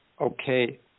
Okay